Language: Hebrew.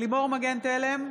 לימור מגן תלם,